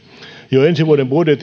jo ensi vuoden vuoden